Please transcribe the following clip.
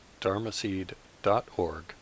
dharmaseed.org